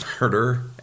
murder